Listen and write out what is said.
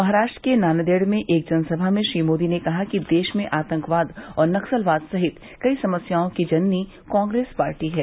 महाराष्ट्र के नानदेड़ में एक जनसभा में श्री मोदी ने कहा कि देश में आतंकवाद और नक्सलवाद सहित कई समस्याओं की जननी कांग्रेस पार्टी है